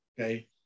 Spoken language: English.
okay